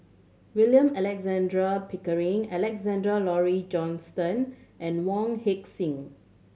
William Alexander Pickering Alexander Laurie Johnston and Wong Heck Sing